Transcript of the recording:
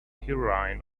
heroine